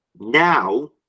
Now